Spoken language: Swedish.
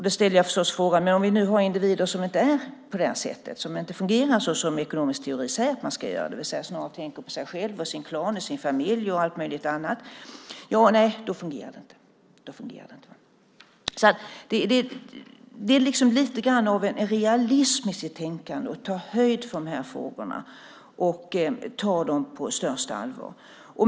Då ställer jag förstås frågan: Hur blir det om vi i stället har individer som inte beter sig som ekonomisk teori säger att de borde utan snarare tänker på sig själva, sin klan och sin familj och annat? Nej, då fungerar det inte. Man måste ha lite realism i sitt tänkande, ta höjd för de här frågorna och ta dem på största allvar.